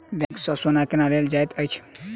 bank सँ सोना केना लेल जाइत अछि